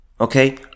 Okay